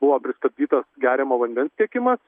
buvo pristabdytas geriamo vandens tiekimas